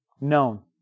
known